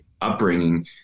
upbringing